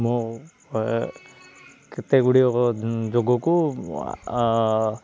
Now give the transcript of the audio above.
ମୁଁ କେତେ ଗୁଡ଼ିଏ ଯୋଗକୁ